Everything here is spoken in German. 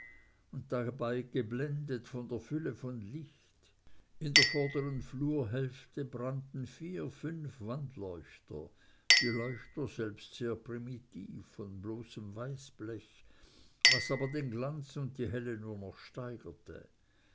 und dabei geblendet von der fülle von licht in der vorderen flurhälfte brannten vier fünf wandleuchter die leuchten selbst sehr primitiv von bloßem weißblech was aber den glanz und die helle nur noch steigerte